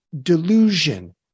delusion